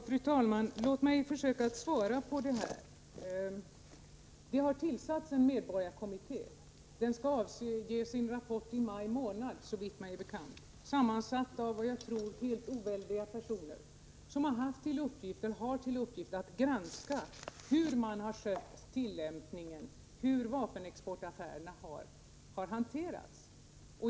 Fru talman! Låt mig försöka svara på det här. Det har tillsatts en medborgarkommitté. Den skall avge sin rapport i maj månad, såvitt mig är bekant. Den är sammansatt av vad jag tror helt oväldiga personer som har till uppgift att granska hur man har skött tillämpningen, hur vapenexportaffärerna har hanterats.